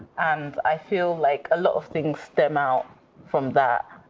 and i feel like a lot of things stem out from that.